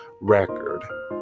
record